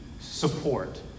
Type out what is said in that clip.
support